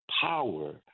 power